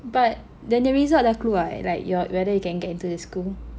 but then the results dah keluar eh like your whether you can get into the school